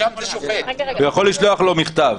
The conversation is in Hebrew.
הוא יכול לשלוח לו מכתב.